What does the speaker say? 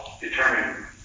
determine